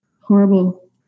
horrible